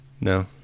no